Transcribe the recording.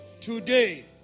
today